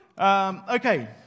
Okay